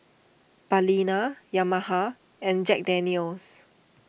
Balina Yamaha and Jack Daniel's